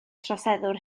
troseddwr